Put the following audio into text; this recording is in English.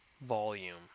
volume